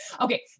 Okay